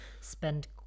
spend